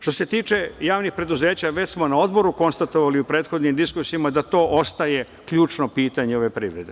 Što se tiče javnih preduzeća, već smo na Odboru konstatovali u prethodnim diskusijama da to ostaje ključno pitanje ove privrede.